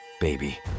Baby